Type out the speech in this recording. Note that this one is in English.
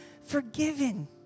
forgiven